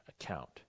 account